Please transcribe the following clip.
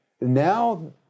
Now